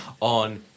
on